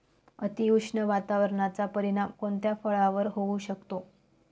अतिउष्ण वातावरणाचा परिणाम कोणत्या फळावर होऊ शकतो?